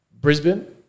Brisbane